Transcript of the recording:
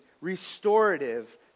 restorative